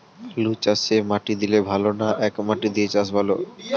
আলুচাষে মাটি দিলে ভালো না একমাটি দিয়ে চাষ ভালো?